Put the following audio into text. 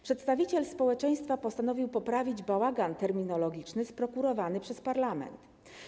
Przedstawiciel społeczeństwa postanowił poprawić bałagan terminologiczny sprokurowany przez parlament.